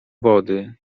wody